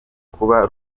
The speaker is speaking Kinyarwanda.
kuba